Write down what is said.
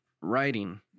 writing